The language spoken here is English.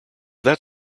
that